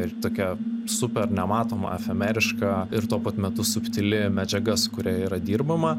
ir tokia super nematoma efemeriška ir tuo pat metu subtili medžiaga su kuria yra dirbama